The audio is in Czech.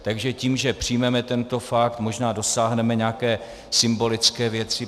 Takže tím, že přijmeme tento pakt, možná dosáhneme nějaké symbolické věci.